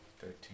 Thirteen